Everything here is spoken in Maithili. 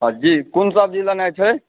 जी कोन सब्जी लेनाइ छै